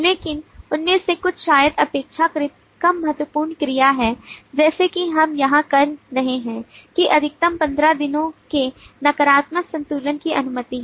लेकिन उनमें से कुछ शायद अपेक्षाकृत कम महत्वपूर्ण क्रिया हैं जैसे कि हम यहां कह रहे हैं कि अधिकतम 15 दिनों के नकारात्मक संतुलन की अनुमति है